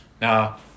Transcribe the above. Now